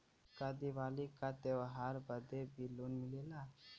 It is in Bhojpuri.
का दिवाली का त्योहारी बदे भी लोन मिलेला?